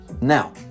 Now